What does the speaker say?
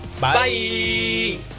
Bye